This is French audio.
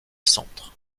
centre